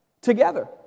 together